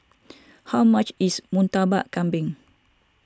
how much is Murtabak Kambing